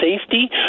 safety